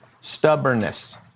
Stubbornness